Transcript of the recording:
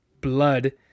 blood